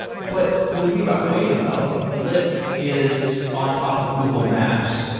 but when you think about waymo, lyft is on top of google maps.